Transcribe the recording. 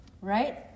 right